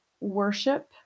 worship